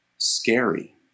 scary